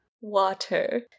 Water